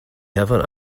heaven